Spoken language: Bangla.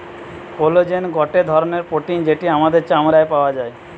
কোলাজেন গটে ধরণের প্রোটিন যেটি আমাদের চামড়ায় পাওয়া যায়